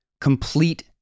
complete